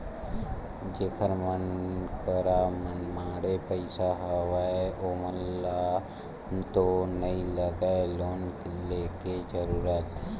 जेखर मन करा मनमाड़े पइसा हवय ओमन ल तो नइ लगय लोन लेके जरुरत